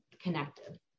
connected